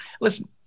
listen